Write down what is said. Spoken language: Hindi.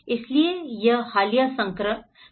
इसलिए यह हालिया संस्करण है